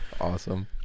Awesome